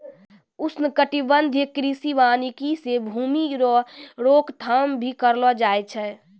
उष्णकटिबंधीय कृषि वानिकी से भूमी रो रोक थाम भी करलो जाय छै